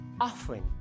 often